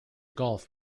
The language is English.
gulf